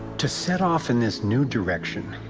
to set off in this new direction,